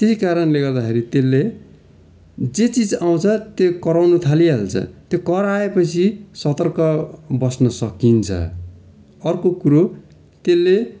त्यही कारणले गर्दाखेरि त्यसले जे चिज आउँछ त्यो कराउनु थालिहाल्छ त्यो कराए पछि सतर्क बस्न सकिन्छ अर्को कुरो त्यसले